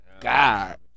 god